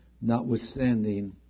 notwithstanding